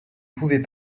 pouvez